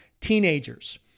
teenagers